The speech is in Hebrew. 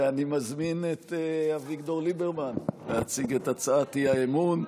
ואני מזמין את אביגדור ליברמן להציג את הצעת האי-אמון,